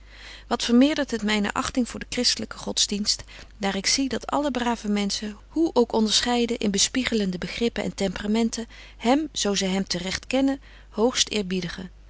wat vermeerdert het myne achting voor den christelyken godsdienst daar ik zie dat alle brave menschen hoe ook onderscheiden in bespiegelende begrippen en temperamenten hem zo zy hem te recht kennen